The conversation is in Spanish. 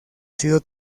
sido